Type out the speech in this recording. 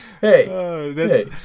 Hey